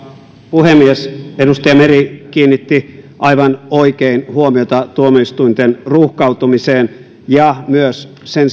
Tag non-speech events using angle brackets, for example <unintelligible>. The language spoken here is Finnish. puhemies edustaja meri kiinnitti aivan oikein huomiota tuomioistuinten ruuhkautumiseen ja sen <unintelligible>